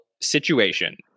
situation